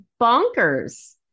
bonkers